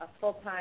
full-time